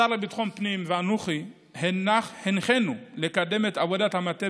השר לביטחון פנים ואנוכי הנחינו לקדם את עבודת המטה